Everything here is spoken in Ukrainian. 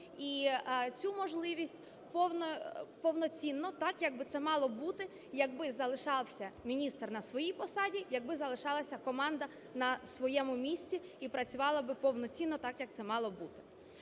і цю можливість повноцінно, так, як би це мало бути, якби залишався міністр на своїй посаді, якби залишалася команда на своєму місці і працювала б повноцінно, так, як це мало бути.